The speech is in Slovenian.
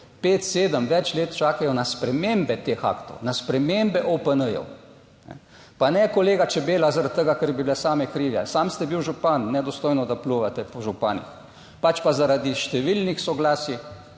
več let čakajo na spremembe teh aktov, na spremembe OPN, pa ne kolega Čebela, zaradi tega, ker bi bile same krive, sam ste bil župan, nedostojno, da pljuvate po županih, pač pa zaradi številnih soglasij